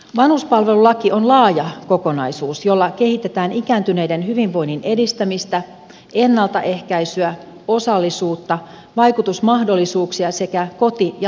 vanhuspalvelulaki on laaja kokonaisuus jolla kehitetään ikääntyneiden hyvinvoinnin edistämistä ennaltaehkäisyä osallisuutta vaikutusmahdollisuuksia sekä koti ja laitoshoitoa